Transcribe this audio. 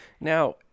Now